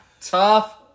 Tough